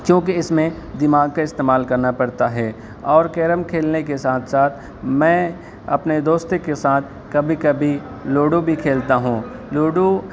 کیونکہ اس میں دماغ کا استعمال کرنا پڑتا ہے اور کیرم کھیلنے کے ساتھ ساتھ میں اپنے دوست کے ساتھ کبھی کبھی لوڈو بھی کھیلتا ہوں لوڈو